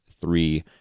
three